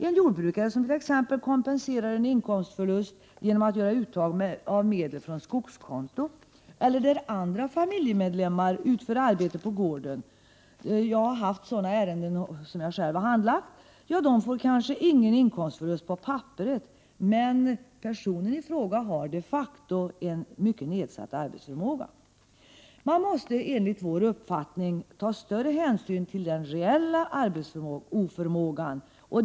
En jordbrukare som exempelvis kompenserar en inkomstförlust genom att göra uttag av medel från skogskonto eller genom att andra familjemedlemmar får utföra arbete på gården — jag har själv handlagt sådana ärenden — får kanske ingen inkomstförlust på papperet. Men personen i fråga har de facto en mycket nedsatt arbetsförmåga. Man måste enligt vår uppfattning ta större hänsyn till den reella arbetsoförmågan.